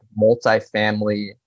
multifamily